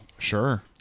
Sure